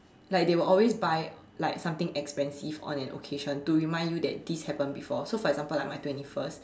like they will always buy like something expensive on an occasion to remind you that this happened before so for example like my my twenty first